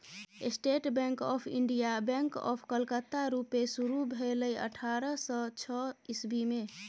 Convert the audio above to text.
state Bank of India, Bank of Calcutta रुपे शुरु भेलै अठारह सय छअ इस्बी मे